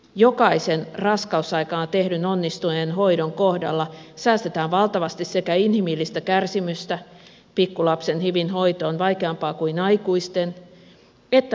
jokaisen raskausaikana tehdyn onnistuneen hoidon kohdalla säästetään valtavasti sekä inhimillistä kärsimystä pikkulapsen hivin hoito on vaikeampaa kuin aikuisten että myös rahaa